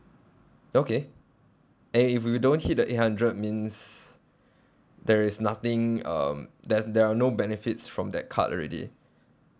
okay eh if you don't hit the eight hundred means there is nothing um there's there are no benefits from that card already